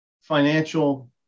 financial